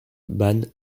van